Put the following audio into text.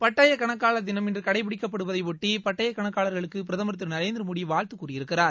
பட்டய கணக்காளர் தினம் இன்று கடைபிடிக்கப்படுவதையொட்டி பட்டய கணக்காளர்களுக்கு பிரதமர் திரு நரேந்திர மோடி வாழ்த்து கூறியிருக்கிறார்